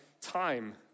time